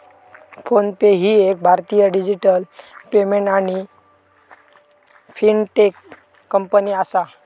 phone पे ही एक भारतीय डिजिटल पेमेंट आणि फिनटेक कंपनी आसा